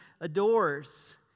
adores